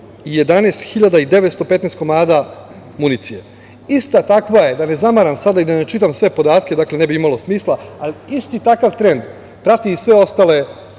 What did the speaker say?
11.915 komada municije. Ista takva je, da ne zamaram sada i da ne čitam sve podatke, dakle, ne bi imalo smisla, ali isti takav trend prati i sve ostale